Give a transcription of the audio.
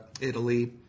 Italy